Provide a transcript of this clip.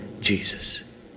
Jesus